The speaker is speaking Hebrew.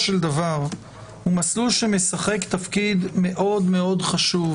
מסלול שמשחק תפקיד מאוד מאוד חשוב